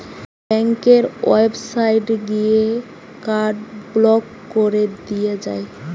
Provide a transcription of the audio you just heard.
ব্যাংকের ওয়েবসাইটে গিয়ে কার্ড ব্লক কোরে দিয়া যায়